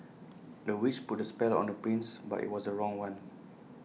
the witch put A spell on the prince but IT was A wrong one